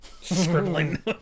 scribbling